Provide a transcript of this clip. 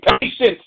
Patience